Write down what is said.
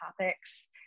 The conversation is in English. topics